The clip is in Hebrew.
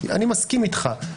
אני מסכים איתך.